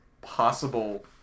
possible